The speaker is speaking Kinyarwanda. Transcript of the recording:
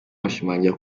bashimangira